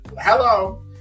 Hello